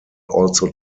also